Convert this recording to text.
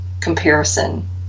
comparison